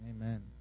Amen